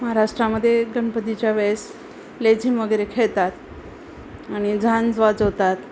महाराष्ट्रामध्ये गणपतीच्या वेळेस लेझीम वगैरे खेळतात आणि झांज वाजवतात